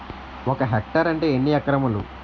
ఒక హెక్టార్ అంటే ఎన్ని ఏకరములు?